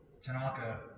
Tanaka